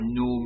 no